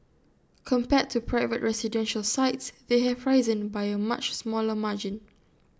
compared to private residential sites they have risen by A much smaller margin